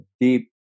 deep